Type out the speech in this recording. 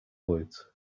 woot